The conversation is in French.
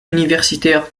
universitaires